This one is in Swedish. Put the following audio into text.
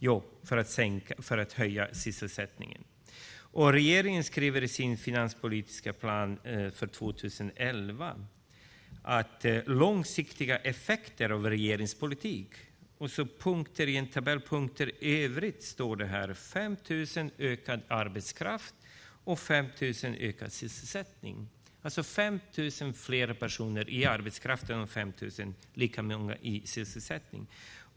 Jo, för att öka sysselsättningen. Regeringen skriver i sin finanspolitiska plan för 2011 om långsiktiga effekter av regeringens politik. Under punkten övrigt står det: med 5 000 ökad arbetskraft och 5 000 ökad sysselsättning, alltså 5 000 fler i arbetskraft och lika många i sysselsättning.